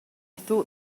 thought